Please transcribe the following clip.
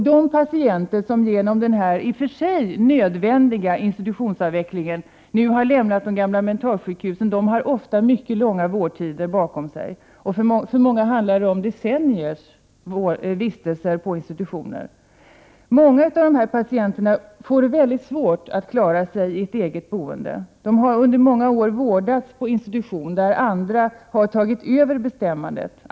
De patienter som på grund av den i och för sig nödvändiga institutionsavvecklingen nu har lämnat de gamla | mentalsjukhusen har ofta mycket långa vårdtider bakom sig. För många handlar det om decenniers vistelse på institution. Många av patienterna får | det mycket svårt att klara ett eget boende. De har under många år vårdats på institution, där andra har tagit över bestämmandet.